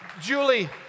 Julie